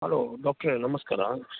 hello ಡಾಕ್ಟ್ರೇ ನಮಸ್ಕಾರ